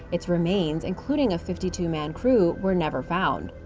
its remains, including a fifty two man crew, were never found.